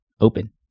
open